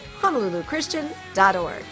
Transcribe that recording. honoluluchristian.org